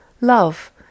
Love